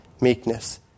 meekness